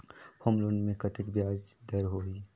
Home loan मे कतेक ब्याज दर होही?